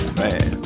man